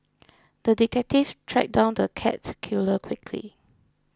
the detective tracked down the cat killer quickly